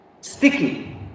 sticky